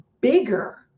bigger